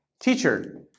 Teacher